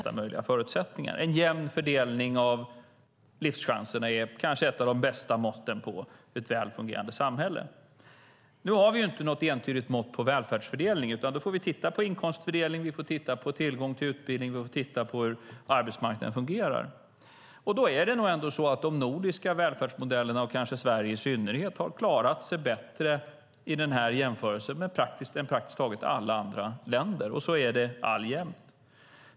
Herr talman! Utgångspunkten för regeringens politik är att vi ska ha en jämn fördelning av livschanser. Människor ska ha en möjlighet att forma sitt liv utifrån sina val och ha stöd via skola, offentliga trygghetssystem, väl fungerande marknader och en stark arbetsmarknad och själva välja hur de lever sitt liv utifrån bästa möjliga förutsättningar. En jämn fördelning av livschanserna är ganska ett av de bästa måtten på ett väl fungerande samhälle. Nu har vi inte något entydigt mått på välfärdsfördelning. Vi får titta på inkomstfördelning, tillgång till utbildning och på hur arbetsmarknaden fungerar. Det är nog ändå så att de nordiska välfärdsmodellerna, och kanske Sverige i synnerhet, har klarat sig bättre i jämförelsen än praktiskt taget alla andra länder. Så är det alltjämt.